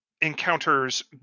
encounters